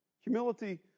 Humility